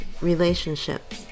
relationship